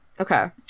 Okay